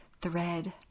thread